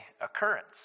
occurrence